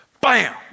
bam